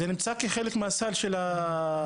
זה נמצא כחלק מהסל הלאומי.